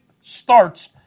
starts